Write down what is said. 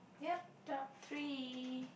yup top three